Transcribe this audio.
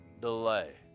delay